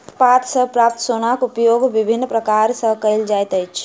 पात सॅ प्राप्त सोनक उपयोग विभिन्न प्रकार सॅ कयल जाइत अछि